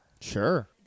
Sure